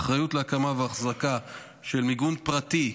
האחריות להקמה ואחזקה של מיגון פרטי,